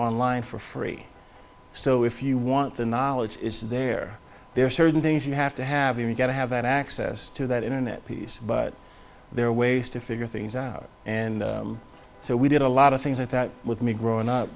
online for free so if you want the knowledge it's there there are certain things you have to have you get to have access to that internet piece but there are ways to figure things out and so we did a lot of things like that with me growing